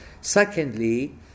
Secondly